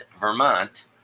Vermont